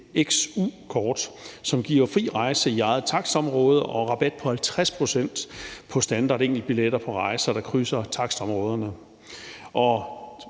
et XU-kort, som giver fri rejse i eget takstområde og rabat på 50 pct. på standardenkeltbilletter på rejser, der krydser takstområderne.